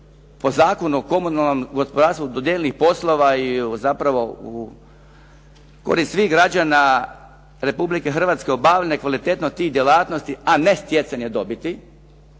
po Zakonu o komunalnom gospodarstvu dodijeljenih poslova i zapravo korist svih građana Republike Hrvatske …/Govornik se ne razumije./… tih djelatnosti a ne stjecanje dobiti.